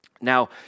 Now